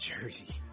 jersey